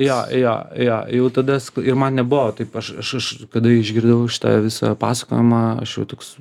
jo jo jo jau tada ir man nebuvo taip aš aš aš kada išgirdau šitą visą pasakojimą aš jau toks